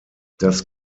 das